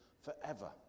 forever